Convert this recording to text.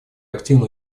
активно